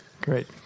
Great